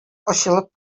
ачылып